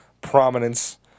prominence